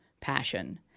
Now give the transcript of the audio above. passion